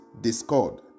discord